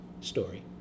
story